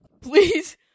please